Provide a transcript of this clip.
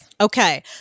Okay